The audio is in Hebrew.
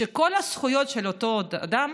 שכל הזכויות של אותו אדם